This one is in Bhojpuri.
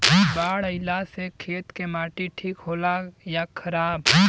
बाढ़ अईला से खेत के माटी ठीक होला या खराब?